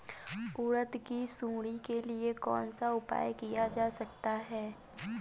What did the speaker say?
उड़द की सुंडी के लिए कौन सा उपाय किया जा सकता है?